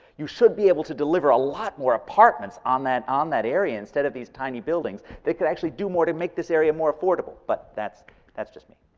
you should be able to deliver a lot more apartments on that um that area, instead of these tiny buildings. they could actually do more to make this area more affordable, but that's that's just me.